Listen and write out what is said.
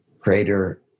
greater